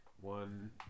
One